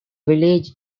village